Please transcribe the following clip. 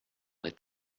est